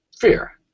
fear